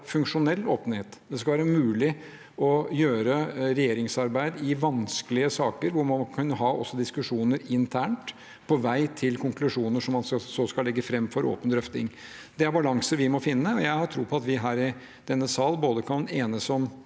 funksjonell åpenhet. Det skal være mulig å gjøre regjeringsarbeid i vanskelige saker hvor man også må kunne ha diskusjoner internt, på vei til konklusjoner som man så skal legge fram for åpen drøfting. Det er en balanse vi må finne, og jeg har tro på at vi her i denne sal kan enes om